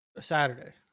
Saturday